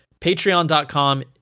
Patreon.com